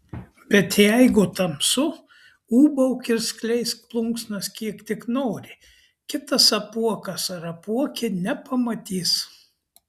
bet jeigu tamsu ūbauk ir skleisk plunksnas kiek tik nori kitas apuokas ar apuokė nepamatys